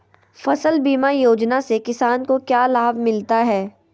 फसल बीमा योजना से किसान को क्या लाभ मिलता है?